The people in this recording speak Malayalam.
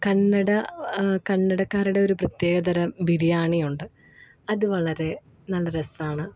കന്നട കന്നടക്കാരടെ ഒരു പ്രത്യേകതരം ബിരിയാണിയുണ്ട് അത് വളരെ നല്ല രസമാണ്